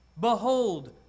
Behold